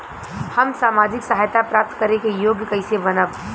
हम सामाजिक सहायता प्राप्त करे के योग्य कइसे बनब?